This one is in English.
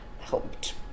helped